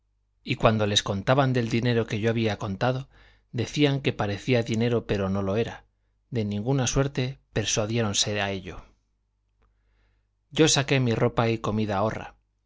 y cuando les contaban del dinero que yo había contado decían que parecía dinero pero no lo era de ninguna suerte persuadiéronse a ello yo saqué mi ropa y comida horra